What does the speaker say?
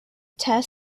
teh